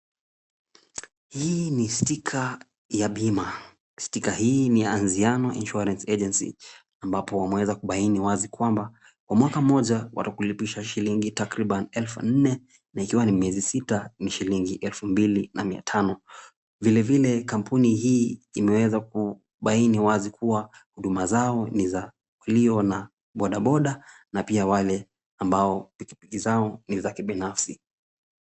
Hii ni stika ya bima. Stika hii ni ya Anziano Insurance Agency ambapo wameweza kubaini wazi kwamba kwa mwaka mmoja watakulipisha shilingi takriban elfu nne. Na ikiwa ni miezi sita ni shilingi elfu mbili na mia tano. Vilevile kampuni hii imeweza kubaini wazi kuwa huduma zao ni za kuliwa na bodaboda, na pia wale ambao pikipiki zao ni za kibinafsi.